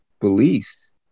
beliefs